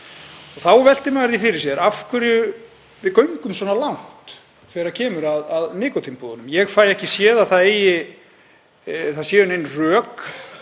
Þá veltir maður því fyrir sér af hverju við göngum svona langt þegar kemur að nikótínpúðum. Ég fæ ekki séð að það séu nein rök